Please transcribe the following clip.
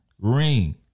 ring